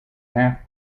half